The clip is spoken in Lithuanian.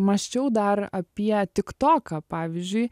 mąsčiau dar apie tik toką pavyzdžiui